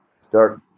Start